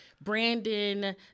Brandon